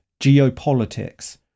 geopolitics